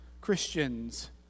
Christians